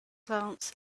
glance